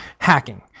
Hacking